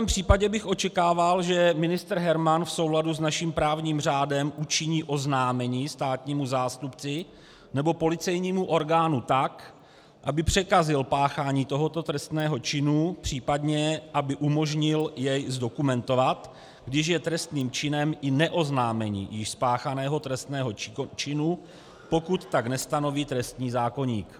V takovém případě bych očekával, že ministr Herman v souladu s naším právním řádem učiní oznámení státnímu zástupci nebo policejnímu orgánu, tak aby překazil páchání tohoto trestného činu, případně aby umožnil jej zdokumentovat, když je trestným činem i neoznámení již spáchaného trestného činu, pokud tak nestanoví trestní zákoník.